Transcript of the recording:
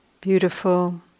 beautiful